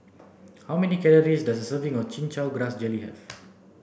how many calories does a serving of chin chow grass jelly have